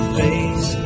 face